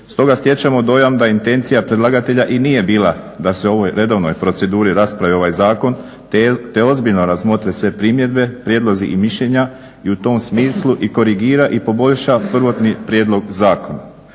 Stoga stječemo dojam da intencija predlagatelja i nije bila da se u ovoj redovnoj proceduri raspravi ovaj zakon te ozbiljno razmotre sve primjedbe, prijedlozi i mišljenja i u tom smislu i korigira i poboljša prvotni prijedlog zakona.